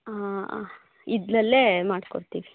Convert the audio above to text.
ಆಂ ಇದ್ದಿಲಲ್ಲೇ ಮಾಡಿಕೊಡ್ತೀವಿ